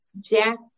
Jack